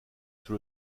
sur